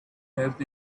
health